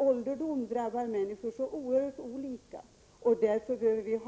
Ålderdom drabbar människor oerhört olika. Därför behöver vi